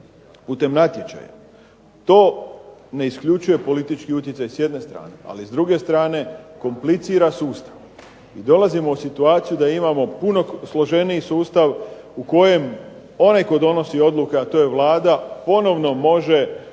putem natječaja. To ne isključuje politički utjecaj s jedne strane, ali s druge strane komplicira sustav i dolazio u situaciju da imamo puno složeniji sustav u kojem onaj tko donosi odluke, a to je Vlada ponovno može